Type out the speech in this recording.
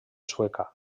sueca